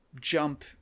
jump